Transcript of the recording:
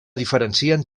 diferencien